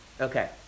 Okay